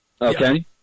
okay